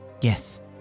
Yes